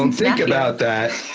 um think about that,